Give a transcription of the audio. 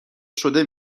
شده